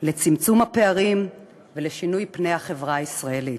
לצמצום הפערים ולשינוי פני החברה הישראלית.